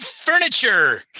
furniture